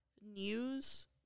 news